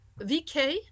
VK